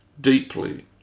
deeply